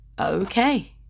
Okay